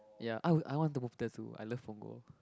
ya I would I want to move there too I love Punggol